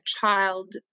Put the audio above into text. child